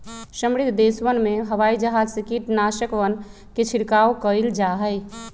समृद्ध देशवन में हवाई जहाज से कीटनाशकवन के छिड़काव कइल जाहई